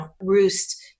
roost